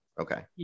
Okay